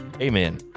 Amen